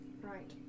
Right